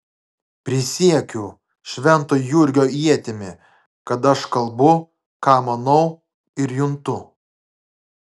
prisiekiu švento jurgio ietimi kad aš kalbu ką manau ir juntu